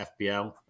FBL